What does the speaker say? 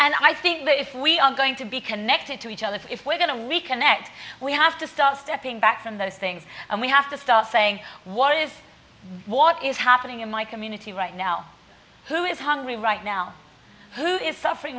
and i think that if we are going to be connected to each other if we're going to reconnect we have to start stepping back from those things and we have to start saying what is what is happening in my community right now who is hungry right now who is suffering